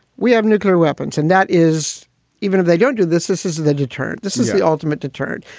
we have nuclear weapons. and that is even if they don't do this, this is the deterrent. this is the ultimate to turn.